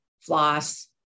floss